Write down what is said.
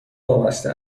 وابسته